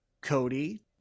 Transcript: Cody